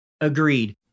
Agreed